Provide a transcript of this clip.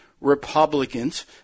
Republicans